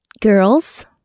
girls